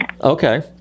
Okay